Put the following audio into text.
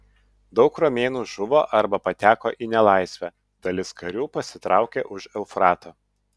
daug romėnų žuvo arba pateko į nelaisvę dalis karių pasitraukė už eufrato